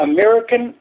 American